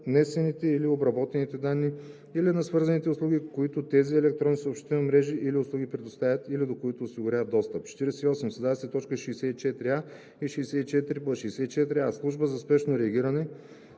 пренесените или обработените данни или на свързаните услуги, които тези електронни съобщителни мрежи или услуги предоставят или до които осигуряват достъп.“ 48. Създават се т. 64а и 64б: „64а. „Служба за спешно реагиране“